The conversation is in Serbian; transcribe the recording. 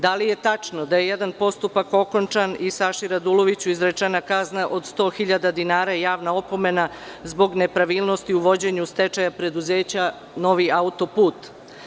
Da li je tačno da je jedan postupak okončan i Saši Raduloviću izrečena kazna od 100.000 dinara i javna opomena zbog nepravilnosti u vođenju stečaja preduzeća „Novi autoput“